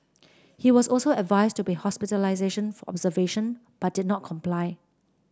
he was also advised to be hospitalised for observation but did not comply